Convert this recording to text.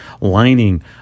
lining